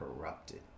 corrupted